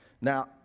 Now